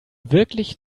wirklich